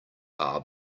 are